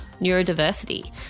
neurodiversity